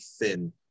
thin